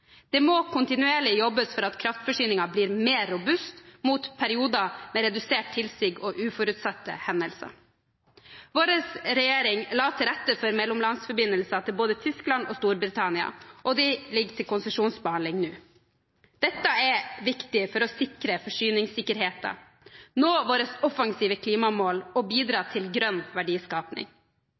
Det må kontinuerlig jobbes for at kraftforsyningen blir mer robust mot perioder med redusert tilsig og uforutsette hendelser. Vår regjering la til rette for mellomlandsforbindelser til både Tyskland og Storbritannina, og de ligger til konsesjonsbehandling nå. Dette er viktig for å sikre forsyningssikkerheten, nå våre offensive klimamål og bidra til grønn